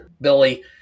Billy